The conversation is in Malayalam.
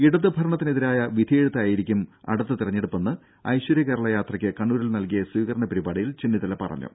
ഇടത് ഭരണത്തിനെതിരായ വിധിയെഴുത്തായിരിക്കും അടുത്ത തിരഞ്ഞെടുപ്പെന്ന് ഐശ്വര്യ കേരളയാത്രക്ക് കണ്ണൂരിൽ നൽകിയ സ്വീകരണ പരിപാടിയിൽ ചെന്നിത്തല പറഞ്ഞു